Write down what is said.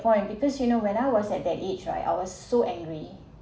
point because you know when I was at that age right I was so angry